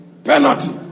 Penalty